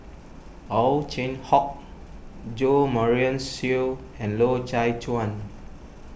Ow Chin Hock Jo Marion Seow and Loy Chye Chuan